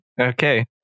Okay